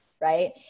right